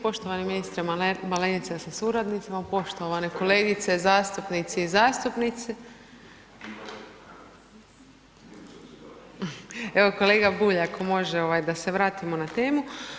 Poštovani ministre Malenica sa suradnicima, poštovane kolegice zastupnice i zastupnici, evo kolega Bulj, ako može ovaj da se vratimo na temu.